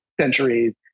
centuries